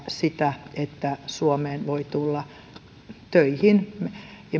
sitä että suomeen voi tulla töihin